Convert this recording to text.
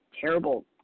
terrible